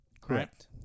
Correct